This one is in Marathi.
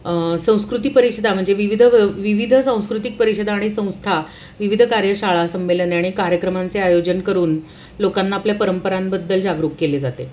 संस्कृती परिषदा म्हणजे विविध व विविध सांस्कृतिक परिषदा आणि संस्था विविध कार्यशाळा संमेलने आणि कार्यक्रमांचे आयोजन करून लोकांना आपल्या परंपरांबद्दल जागरूक केले जाते